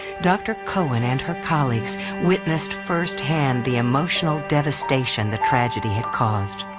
dr. cohen and her colleagues witnessed firsthand the emotional devastation the tragedy had caused.